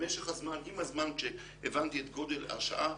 ובמשך הזמן, עם הזמן, כשהבנתי את גודל השעה,